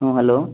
ହଁ ହ୍ୟାଲୋ